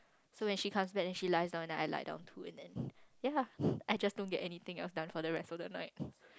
so when she comes back and then she lies down and I lie down too ya I just don't anything else done for the rest of the night